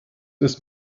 ist